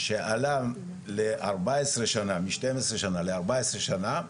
שעלה לארבע עשרה שנה,